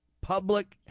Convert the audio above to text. public